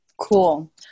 Cool